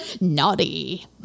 Naughty